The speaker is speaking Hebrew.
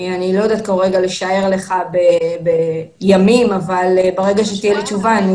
אני לא יודעת כרגע לשער בימים אבל ברגע שתהיה לי תשובה,